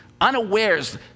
unawares